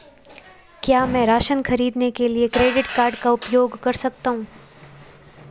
क्या मैं राशन खरीदने के लिए क्रेडिट कार्ड का उपयोग कर सकता हूँ?